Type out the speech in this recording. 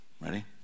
ready